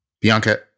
Bianca